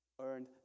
earned